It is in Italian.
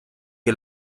che